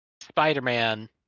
Spider-Man